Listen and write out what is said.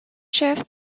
sheriff